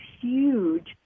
huge